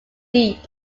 deep